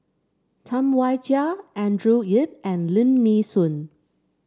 Tam Wai Jia Andrew Yip and Lim Nee Soon